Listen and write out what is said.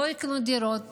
לא יקנו דירות